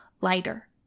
lighter